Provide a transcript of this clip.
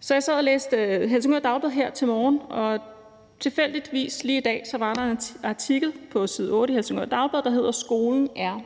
Så jeg sad og læste Helsingør Dagblad her til morgen, og tilfældigvis lige i dag var der en artikel på side 8 i Helsingør Dagblad, der hedder: Skolen er